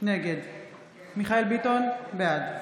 נגד מיכאל מרדכי ביטון, בעד